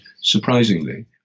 surprisingly